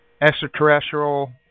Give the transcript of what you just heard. extraterrestrial